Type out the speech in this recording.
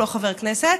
הוא לא חבר כנסת,